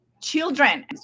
Children